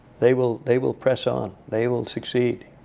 they will they will press on. they will succeed.